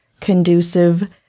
conducive